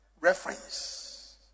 reference